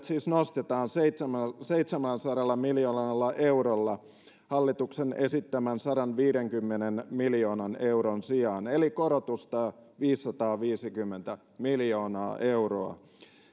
siis nostetaan seitsemälläsadalla miljoonalla eurolla hallituksen esittämän sadanviidenkymmenen miljoonan euron sijaan eli korotusta on viisisataaviisikymmentä miljoonaa euroa